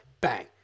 bang